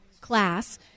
class